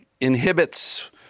inhibits